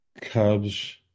Cubs